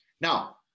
Now